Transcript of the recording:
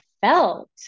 felt